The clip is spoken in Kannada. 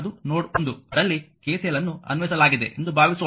ಅದು ನೋಡ್ 1 ರಲ್ಲಿ KCL ಅನ್ನು ಅನ್ವಯಿಸಲಾಗಿದೆ ಎಂದು ಭಾವಿಸೋಣ